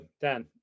Dan